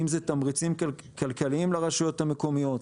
אם זה תמריצים כלכליים לרשויות המקומיות.